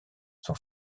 son